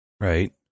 Right